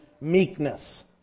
meekness